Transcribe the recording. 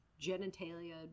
genitalia